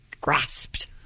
grasped